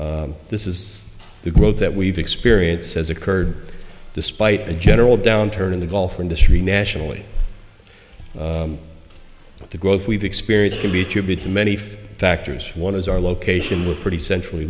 this is the growth that we've experienced has occurred despite a general downturn in the golf industry nationally the growth we've experienced can be tribute to many factors one is our location we're pretty centrally